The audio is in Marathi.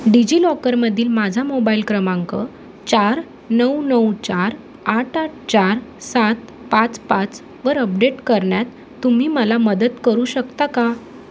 डिजिलॉकरमधील माझा मोबाईल क्रमांक चार नऊ नऊ चार आठ आठ चार सात पाच पाचवर अपडेट करण्यात तुम्ही मला मदत करू शकता का